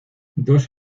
dos